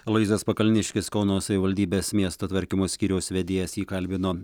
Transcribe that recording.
aloyzas pakalniškis kauno savivaldybės miesto tvarkymo skyriaus vedėjas jį kalbino